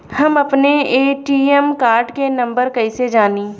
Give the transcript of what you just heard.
हम अपने ATM card के नंबर कइसे जानी?